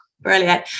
Brilliant